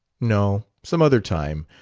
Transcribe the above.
no some other time,